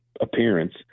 appearance